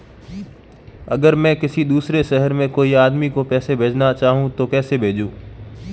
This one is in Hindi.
अगर मैं किसी दूसरे शहर में कोई आदमी को पैसे भेजना चाहूँ तो कैसे भेजूँ?